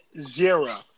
zero